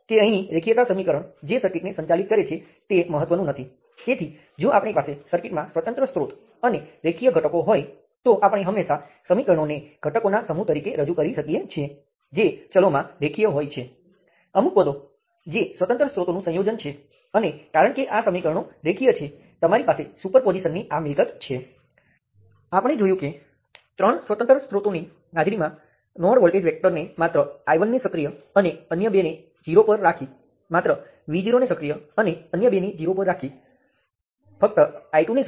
તેથી અહીં ફરીથી હું કહું કે જો મારી પાસે કોઈ સર્કિટ હોય તો આ કિસ્સામાં તે રેખીય બિન રેખીય અથવા ગમે તે હોય તેનાથી કોઈ ફરક પડતો નથી અને અમુક પરિસ્થિતિઓમાં હું એક ઘટક આપું છું તે રેઝિસ્ટર હોઈ શકે તે બીજું કંઈક પણ હોઈ શકે